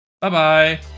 Bye-bye